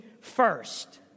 first